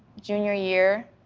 junior year,